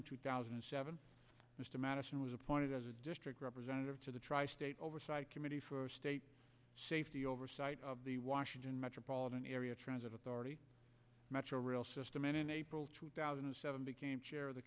in two thousand and seven mr madison was wanted as a district representative to the tri state oversight committee for state safety oversight of the washington metropolitan area transit authority metro rail system in april two thousand and seven became chair of the